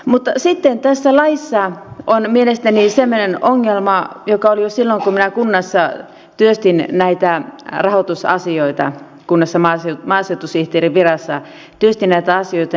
mutta sitten tässä laissa on mielestäni semmoinen ongelma joka oli jo silloin kun minä kunnassa työstin näitä rahoitusasioita kunnassa maaseutusihteerin virassa työstin näitä asioita